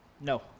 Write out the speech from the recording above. No